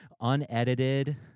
unedited